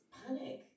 panic